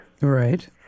Right